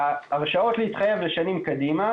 ההרשאות להתחייב לשנים קדימה,